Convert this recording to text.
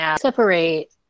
separate